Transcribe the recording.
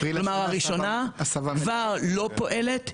כלומר, הראשונה כבר לא פועלת,